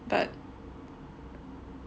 !aiya! !aiya! also don't really I oh